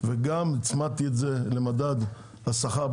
וגם הצמדתי את זה למדד השכר,